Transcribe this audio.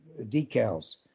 decals